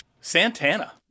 Santana